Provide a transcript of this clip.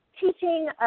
teaching